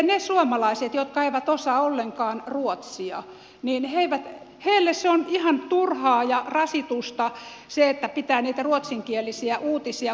niille suomalaisille jotka eivät osaa ollenkaan ruotsia se on ihan turhaa ja rasitusta että pitää niitä ruotsinkielisiä uutisia kuunnella